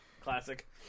Classic